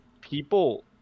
people